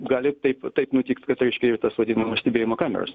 gali ir taip taip nutikt kad reiškia ir tas vadinamas stebėjimo kameras